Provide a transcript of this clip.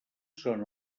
són